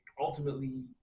ultimately